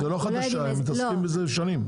איזה ועדה חדשה, הם מתעסקים בזה כבר שנים.